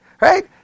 Right